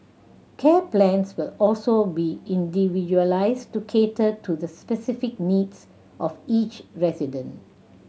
care plans will also be individualised to cater to the specific needs of each resident